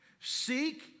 Seek